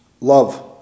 Love